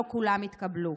לא כולם התקבלו.